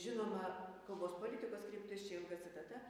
žinoma kalbos politikos kryptis čia ilga citata